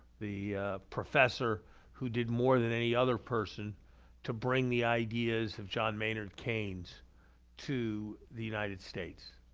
the professor who did more than any other person to bring the ideas of john maynard keynes to the united states.